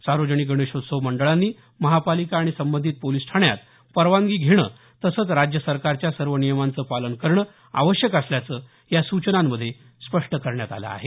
सावेजनिक गणेशोत्सव मंडळानी महापालिका आणि सबंधित पोलीस ठाण्यात परवानगी घेणं तसंच राज्य सरकारच्या सर्व नियमाचं पालन करणं आवश्यक असल्याचं या सुचनांमध्ये स्पष्ट करण्यात आलं आहे